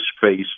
face